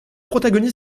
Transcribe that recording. protagonistes